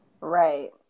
Right